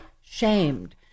shamed